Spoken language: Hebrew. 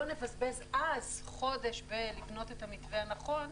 לא נבזבז אז חודש בלבנות את המתווה הנכון,